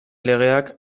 legeak